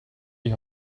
die